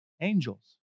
Angels